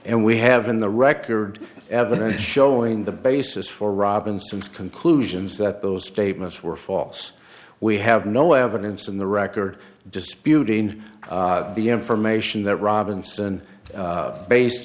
and we have in the record evidence showing the basis for robinson's conclusions that those statements were false we have no evidence in the record disputing the information that robinson based